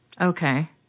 Okay